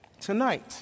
Tonight